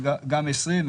גם ל-2020,